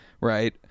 right